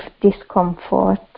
discomfort